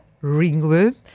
ringworm